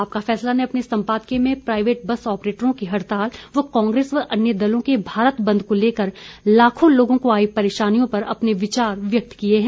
आपका फैसला ने अपने सम्पादकीय में प्राईवेट बस आप्रेटरों की हड़ताल व कांग्रेस व अन्य दलों के भारत बंद को लेकर लाखों लोगों को आई परेशानियों पर अपने विचार व्यक्त किये हैं